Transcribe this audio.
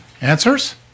Answers